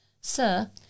Sir